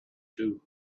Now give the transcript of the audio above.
too